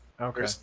okay